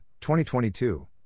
2022